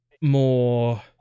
more